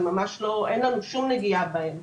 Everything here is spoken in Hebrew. אין לנו שם נגיעה בהם.